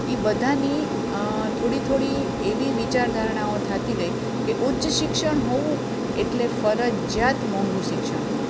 એ બધાની થોડી થોડી એવી વિચાર ધારણાઓ થતી ગઈ કે ઊચ્ચ શિક્ષણ હોવું એટલે ફરજિયાત મોંઘું શિક્ષણ હોવું